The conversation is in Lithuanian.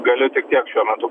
galiu tik tiek šiuo metu